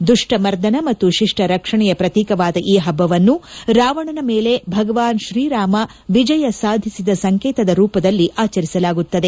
ದುಷ್ಟ ಮರ್ದನ ಮತ್ತು ಶಿಷ್ಟ ರಕ್ಷಣೆಯ ಪ್ರತೀಕವಾದ ಈ ಹಬ್ಬವನ್ನು ರಾವಣನ ಮೇಲೆ ಭಗವಾನ್ ಶ್ರೀರಾಮ ವಿಜಯ ಸಾಧಿಸಿದ ಸಂಕೇತದ ರೂಪದಲ್ಲಿ ಆಚರಿಸಲಾಗುತ್ತದೆ